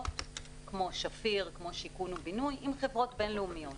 כמו שפיר ושיכון ובינוי עם חברות בין-לאומיות.